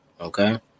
okay